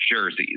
jerseys